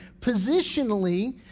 positionally